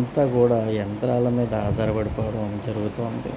ఇంతా కూడా యంత్రాల మీద ఆధారపడిపోవడాన్ని జరుగుతూ ఉంటే